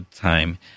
time